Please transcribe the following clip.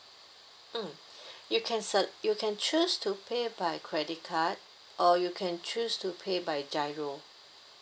mm you can sel~ you can choose to pay by credit card or you can choose to pay by GIRO